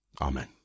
Amen